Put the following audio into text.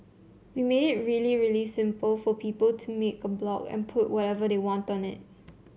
we made it really really simple for people to make a blog and put whatever they want on it